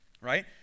right